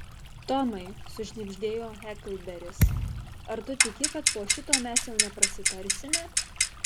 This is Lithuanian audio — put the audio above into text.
tomai sušnibždėjo heklberis ar tu tiki kad po šito mes jau neprasitarsime